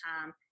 time